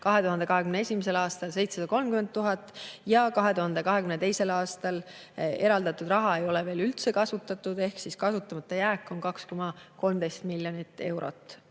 2021. aastal 730 000 ja 2022. aastal eraldatud raha ei ole veel üldse kasutatud ehk jääk on kokku 2,13 miljonit eurot.